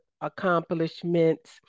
accomplishments